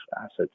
assets